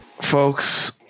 folks